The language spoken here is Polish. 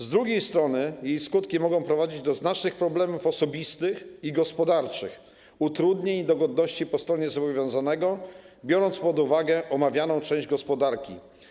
Z drugiej strony jej skutki mogą prowadzić do znacznych problemów osobistych i gospodarczych, utrudnień i niedogodności po stronie zobowiązanego, biorąc pod uwagę omawianą część gospodarki.